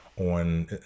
on